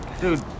Dude